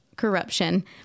corruption